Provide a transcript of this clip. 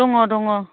दङ दङ